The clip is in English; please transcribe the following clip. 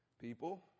people